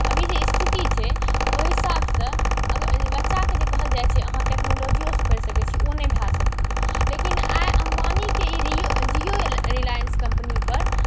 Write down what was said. अभी जे स्थिति छै ओहि हिसाबसँ अगर बच्चाके जे कहल जाइ छै अहाँ टेक्नोलॉजिओ से पढ़ि सकैत छी ओ नहि भए सकितै लेकिन आइ अम्बानिके ई जिओ रिलायन्स कम्पनीपर